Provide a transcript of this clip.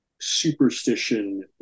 superstition